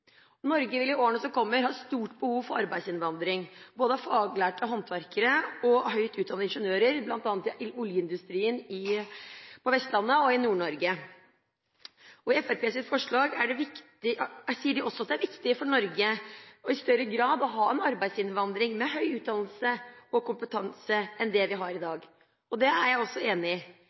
Norge vil i årene som kommer, ha stort behov for arbeidsinnvandring, både av faglærte håndverkere og høyt utdannede ingeniører bl.a. i oljeindustrien på Vestlandet og i Nord-Norge. Fremskrittspartiet sier i forslaget at det også er viktig for Norge i større grad enn i dag å ha en arbeidsinnvandring av folk med høy utdannelse og kompetanse. Det er jeg også enig i.